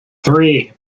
three